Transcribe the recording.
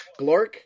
Glork